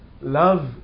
love